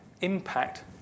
impact